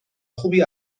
خوبی